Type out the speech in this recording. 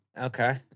Okay